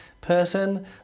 person